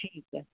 ठीकु आहे